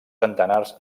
centenars